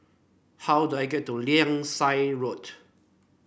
how do I get to Langsat Road